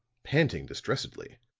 panting distressedly